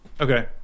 Okay